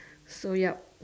so yep